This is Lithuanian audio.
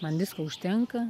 man visko užtenka